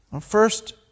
first